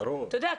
אתה יודע,